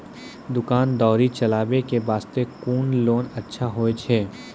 दुकान दौरी चलाबे के बास्ते कुन लोन अच्छा होय छै?